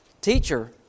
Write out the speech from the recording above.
Teacher